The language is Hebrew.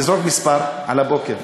תזרוק מספר על הבוקר,